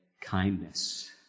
kindness